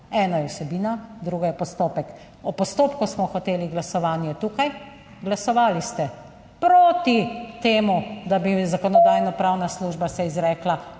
Eno je vsebina drugo je postopek. O postopku smo hoteli glasovanje tukaj, glasovali ste proti temu, da bi Zakonodajno-pravna služba se je izrekla